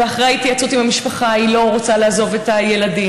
ואחרי התייעצות עם המשפחה היא לא רוצה לעזוב את הילדים,